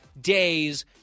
days